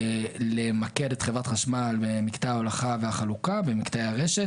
למקד את חברת חשמל במקטע ההולכה והחלוקה במקטעי הרשת